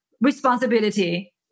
responsibility